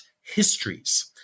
histories